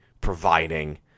providing